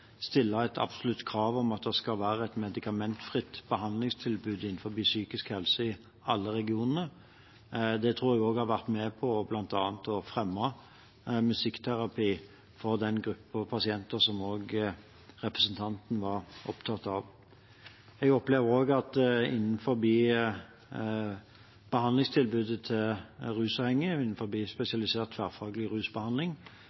stille et absolutt krav om at det skal være et medikamentfritt behandlingstilbud innen psykisk helse i alle regionene. Det tror jeg bl.a. har vært med på å fremme musikkterapi for den gruppen pasienter som representanten var opptatt av. Jeg opplever også at innen behandlingstilbudet til rusavhengige